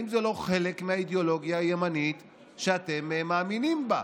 אם זה לא חלק מהאידיאולוגיה הימנית שאתם מאמינים בה.